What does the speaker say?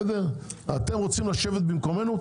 רוצים לשבת במקומנו?